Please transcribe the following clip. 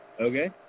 Okay